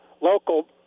local